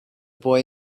boy